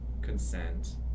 consent